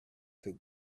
took